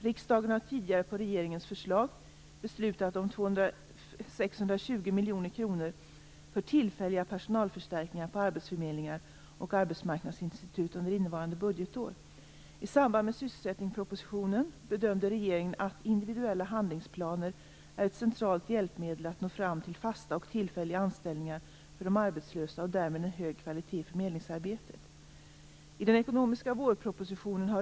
Riksdagen har tidigare på regeringens förslag beslutat om 620 miljoner kronor för tillfälliga personalförstärkningar på arbetsförmedlingar och arbetsmarknadsinstitut under innevarande budgetår. I samband med sysselsättningspropositionen bedömde regeringen att individuella handlingsplaner är ett centralt hjälpmedel för att nå fram till fasta och tillfälliga anställningar för de arbetslösa och därmed en hög kvalitet i förmedlingsarbetet.